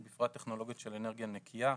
ובפרט טכנולוגיות של אנרגיה נקייה.